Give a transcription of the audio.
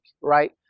right